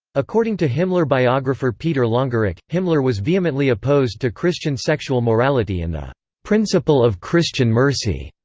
according to himmler biographer peter longerich, himmler was vehemently opposed to christian sexual morality and the principle of christian mercy,